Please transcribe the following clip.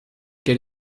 get